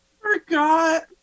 forgot